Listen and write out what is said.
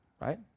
right